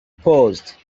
paused